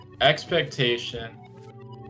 expectation